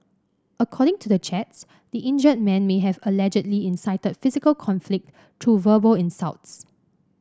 according to the chats the injured man may have allegedly incited physical conflict through verbal insults